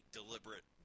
deliberate